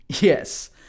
Yes